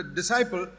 disciple